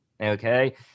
okay